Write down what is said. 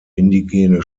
indigene